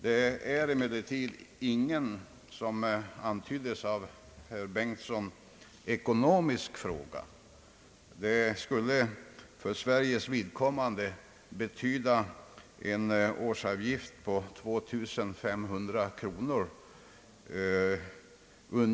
Detta är emellertid — det antyddes också av herr Bengtson — ingen ekonomisk fråga. En anslutning skulle för Sveriges vidkommande betyda en årsavgift av ungefär 2500 kronor.